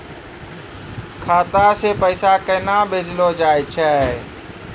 खाता से पैसा केना भेजलो जाय छै?